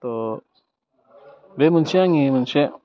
थ' बे मोनसे आंनि मोनसे